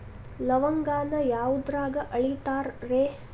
ಲವಂಗಾನ ಯಾವುದ್ರಾಗ ಅಳಿತಾರ್ ರೇ?